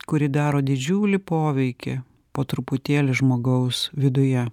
kuri daro didžiulį poveikį po truputėlį žmogaus viduje